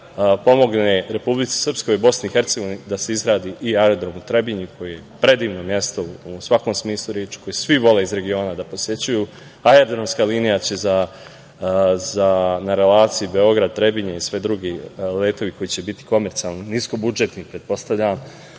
pomogne Republici Srpskoj, Bosni i Hercegovini da se izgradi i aerodrom u Trebinju koje je predivno mesto u svakom smislu reči, koje svi vole iz regiona da posećuju. Aerodromska linija će na relaciji Beograd-Trebinje i svi drugi letovi koji će biti komercijalni, nisko budžetni pretpostavljam,